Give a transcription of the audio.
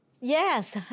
Yes